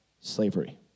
slavery